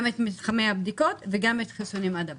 בנושא של הבדיקות ובנושא של חיסונים עד הבית.